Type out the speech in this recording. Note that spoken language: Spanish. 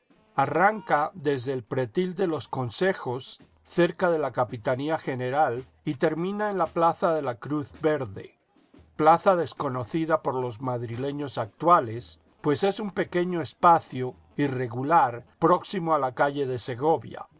arranca desde el pretil de los consejos cerca de la capitanía general y termina en la plaza de la cruz verde plaza desconocida por los madrileños actuales pues es un pequeño espacio irregular próximo a la calle de segovia